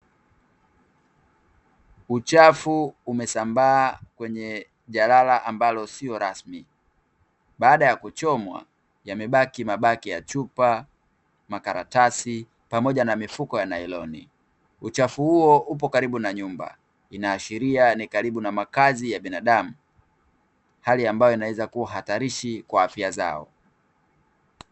Uchafu umesambaa kwenye jalala ambalo sio rasmi. Baada ya kuchomwa, yamebaki mabaki ya chupa, makaratasi, pamoja na mifuko ya nailoni. Uchafu huo upo karibu na nyumba, unaashiria kuwa ni karibu na makazi ya binadamu, hali ambayo inaweza kuwa hatarishi kwa afya yao.